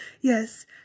Yes